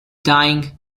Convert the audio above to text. dying